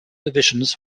divisions